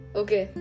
okay